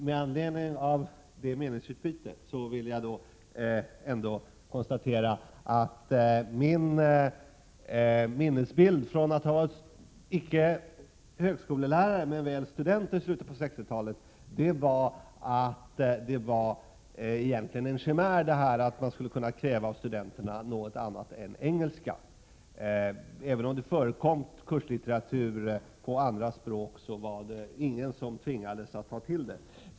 Min minnesbild från att ha varit icke högskolelärare men väl student i slutet på 60-talet är att det egentligen var en chimär att man av studenterna skulle kunna kräva något annat främmande språk än engelska. Även om det förekom kurslitteratur på andra språk, var det ingen som tvingades att ta till den.